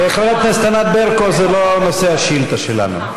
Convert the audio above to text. חברת הכנסת ברקו, זה לא נושא השאילתה שלנו.